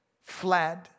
fled